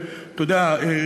אתה יודע,